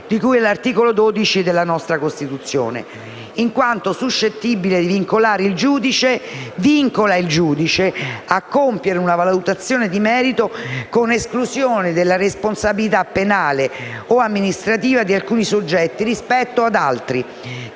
di cui all'articolo 112 della nostra Costituzione, in quanto suscettibile di vincolare il giudice a compiere una valutazione di merito con esclusione della responsabilità penale o amministrativa di alcuni soggetti rispetto ad altri